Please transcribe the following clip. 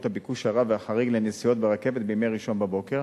הביקוש הרב והחריג לנסיעות ברכבת בימי ראשון בבוקר,